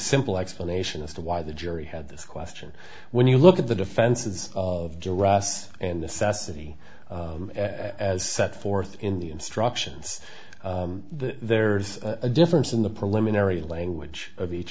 simple explanation as to why the jury had this question when you look at the defenses of giraffes and the ceci as set forth in the instructions there's a difference in the preliminary language of each